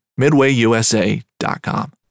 MidwayUSA.com